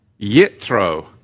Yitro